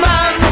Man